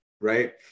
Right